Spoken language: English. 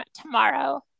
Tomorrow